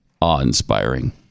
awe-inspiring